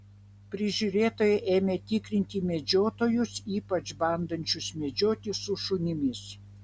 prižiūrėtojai ėmė tikrinti medžiotojus ypač bandančius medžioti su šunimis